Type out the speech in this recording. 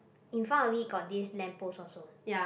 in front of it got this lamp post also